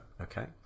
okay